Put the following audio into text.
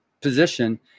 position